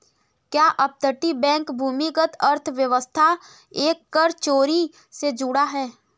क्या अपतटीय बैंक भूमिगत अर्थव्यवस्था एवं कर चोरी से जुड़ा है?